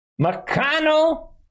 McConnell